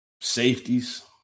Safeties